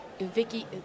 Vicky